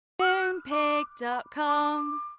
Moonpig.com